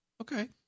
Okay